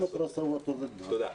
תודה.